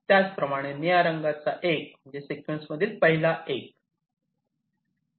त्याचप्रमाणे निळ्या रंगाचा 1 म्हणजे मध्ये सिक्वेन्स मधील पहिला 1